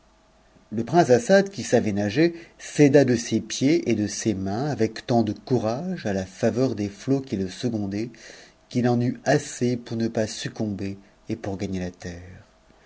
le prince assad qui savait nager s'aida de ses pieds et de ses mains ec tant de courage à la faveur des flots qui le secondaient qu'il en eut sspz pour ne pas succomber et pour gagner la terre